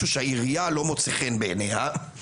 או בין אם זה על משהו שהעירייה לא מוצא חן בענייה,